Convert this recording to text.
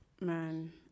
Man